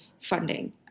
funding